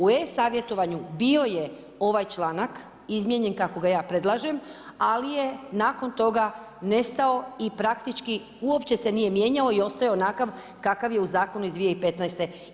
U e-savjetovanju bio je ovaj članak izmijenjen kako ga ja predlažem, ali je nakon toga, nestao i praktički uopće se nije mijenjao i ostao onakav kakav je u zakonu iz 2015.